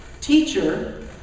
teacher